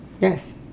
Yes